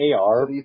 AR